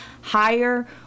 higher